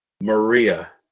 Maria